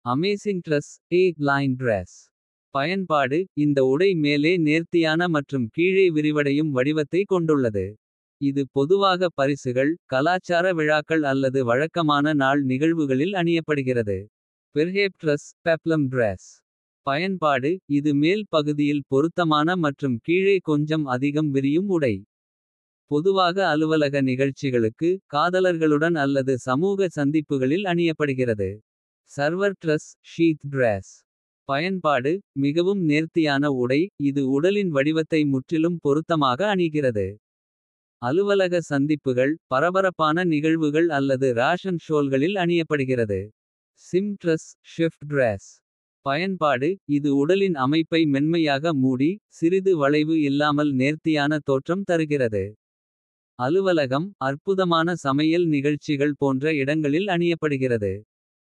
Amazing dress பயன்பாடு இந்த உடை மேலே. நேர்த்தியான மற்றும் கீழே விரிவடையும் வடிவத்தை. கொண்டுள்ளது இது பொதுவாக பரிசுகள் கலாச்சார. விழாக்கள் அல்லது வழக்கமான நாள் நிகழ்வுகளில். அணியப்படுகிறது பெர்ஹேப் டிரஸ்ஸ் பயன்பாடு இது. மேல் பகுதியில் பொருத்தமான மற்றும் கீழே கொஞ்சம். அதிகம் விரியும் உடை. பொதுவாக அலுவலக நிகழ்ச்சிகளுக்கு. காதலர்களுடன் அல்லது சமூக சந்திப்புகளில் அணியப்படுகிறது. சர்வர் டிரஸ்ஸ் பயன்பாடு மிகவும் நேர்த்தியான உடை. இது உடலின் வடிவத்தை முற்றிலும் பொருத்தமாக. அணிய்கிறது அலுவலக சந்திப்புகள் பரபரப்பான. நிகழ்வுகள் அல்லது ராஷன் ஷோல்களில் அணியப்படுகிறது. சிம் டிரஸ்ஸ் பயன்பாடு இது உடலின் அமைப்பை மென்மையாக மூடி. சிறிது வளைவு இல்லாமல் நேர்த்தியான தோற்றம். தருகிறது அலுவலகம் அற்புதமான சமையல். நிகழ்ச்சிகள் போன்ற இடங்களில் அணியப்படுகிறது.